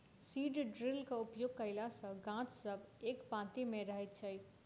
seed ड्रिलक उपयोग कयला सॅ गाछ सब एक पाँती मे रहैत छै